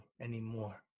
anymore